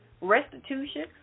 Restitution